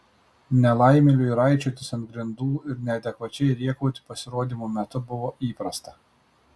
nelaimėliui raičiotis ant grindų ir neadekvačiai rėkauti pasirodymų metu buvo įprasta